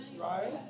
Right